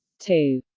two.